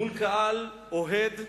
מול קהל אוהד,